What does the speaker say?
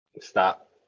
Stop